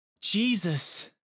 Jesus